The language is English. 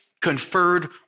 conferred